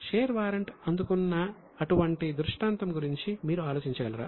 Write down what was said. share warrant అందుకున్న అటువంటి దృష్టాంతం గురించి మీరు ఆలోచించగలరా